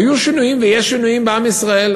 היו שינויים ויש שינויים בעם ישראל.